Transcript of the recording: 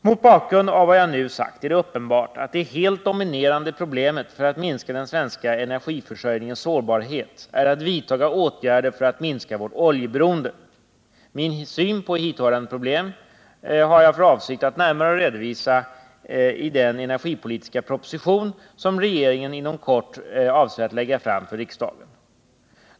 Mot bakgrund av vad jag nu sagt är det uppenbart att det helt dominerande problemet för att minska den svenska energiförsörjningens sårbarhet är att vidtaga åtgärder för att minska vårt oljeberoende. Min syn på hithörande problem har jag för avsikt att närmare redovisa i den energipolitiska proposition som regeringen inom kort avser att lägga fram för riksdagen.